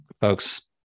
folks